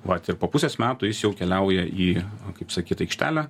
vat ir po pusės metų jis jau keliauja į kaip sakyt aikštelę